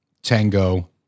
Tango